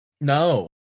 No